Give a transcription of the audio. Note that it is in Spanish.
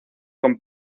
con